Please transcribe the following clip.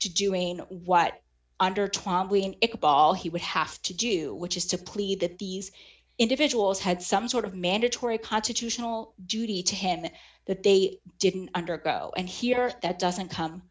to doing what it all he would have to do which is to plead that these individuals had some sort of mandatory constitutional duty to him that they didn't undergo and here that doesn't come